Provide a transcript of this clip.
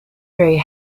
very